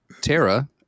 Tara